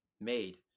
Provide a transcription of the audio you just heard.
made